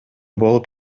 болуп